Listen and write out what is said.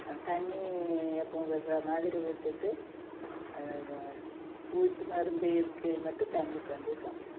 அந்த தண்ணி எப்போவும் விடுற மாதிரி விட்டுட்டு பூச்சி மருந்து இருக்குது மட்டும் தண்ணி கொஞ்சம் கம்மி